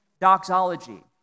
doxology